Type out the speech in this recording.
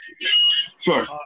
Sure